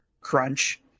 crunch